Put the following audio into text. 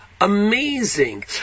amazing